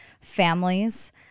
families